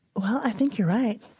well, i think you're right.